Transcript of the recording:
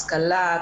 השכלה,